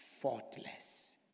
faultless